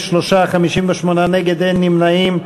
נגד, 59, אין נמנעים.